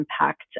impact